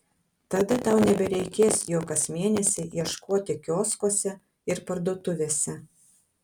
tada tau nebereikės jo kas mėnesį ieškoti kioskuose ir parduotuvėse